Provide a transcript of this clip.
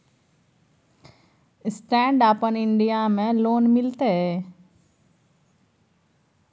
Stand up India में loan मिलते?